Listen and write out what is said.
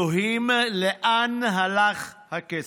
אלוהים, לאן הלך הכסף?